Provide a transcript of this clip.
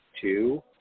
two